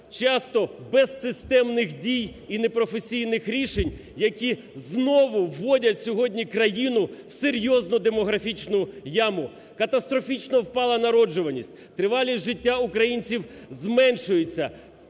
часто безсистемних дій і непрофесійних рішень, які знову вводять сьогодні країну в серйозну демографічну яму. Катастрофічно впала народжуваність, тривалість життя українців зменшується.